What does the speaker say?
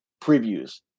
previews